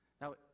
Now